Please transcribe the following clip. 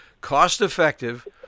cost-effective